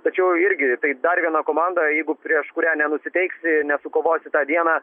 tačiau irgi tai dar viena komanda jeigu prieš kurią nenusiteiksi nesukovosi tą dieną